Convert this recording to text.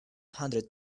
hundred